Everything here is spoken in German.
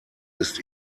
ist